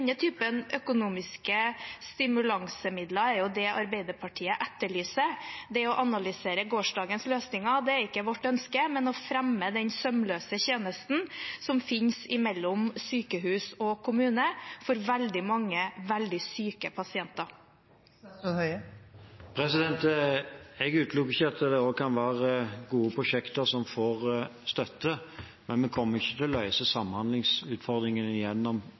typen økonomiske stimuleringsmidler Arbeiderpartiet etterlyser. Det å analysere gårsdagens løsninger er ikke vårt ønske, men å fremme den sømløse tjenesten som finnes mellom sykehus og kommune, for veldig mange veldig syke pasienter. Jeg utelukker ikke at det også kan være gode prosjekter som får støtte, men vi kommer ikke til å løse samhandlingsutfordringene